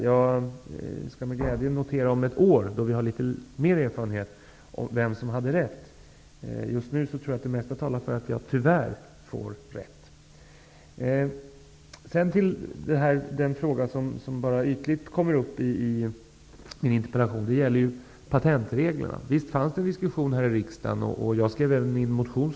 Jag skall om ett år, då vi har litet mer erfarenhet, med glädje notera vem som hade rätt. Just nu tror jag att det mesta talar för att jag tyvärr får rätt. Så vill jag ta upp den fråga som bara ytligt berörs i min interpellation. Det gäller patentreglerna. Visst fanns det en diskussion här i riksdagen, och jag skrev även en motion.